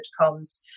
comms